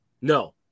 No